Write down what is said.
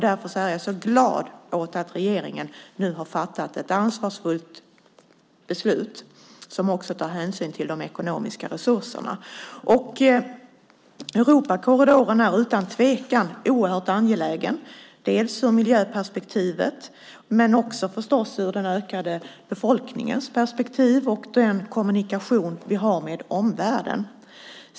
Därför är jag så glad över att regeringen nu har fattat ett ansvarsfullt beslut där hänsyn tas också tas till de ekonomiska resurserna. Europakorridoren är utan tvekan oerhört angelägen dels i ett miljöperspektiv, dels - förstås - i perspektivet av en ökande befolkning och med tanke på våra kommunikationer vi har med omvärlden.